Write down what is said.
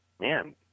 man